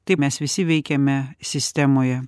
taip mes visi veikiame sistemoje